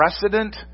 precedent